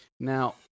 Now